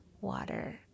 water